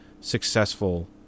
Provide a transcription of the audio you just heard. successful